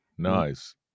Nice